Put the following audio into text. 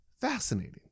Fascinating